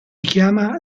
chiama